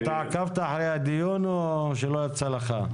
אתה עקבת אחרי הדיון או שלא יצא לך?